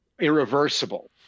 Irreversible